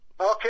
Okay